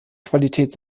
qualität